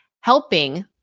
helping